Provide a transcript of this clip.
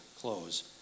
close